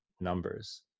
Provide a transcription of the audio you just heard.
numbers